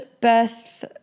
birth